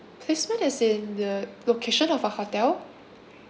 placement as in the location of our hotel